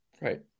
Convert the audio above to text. Right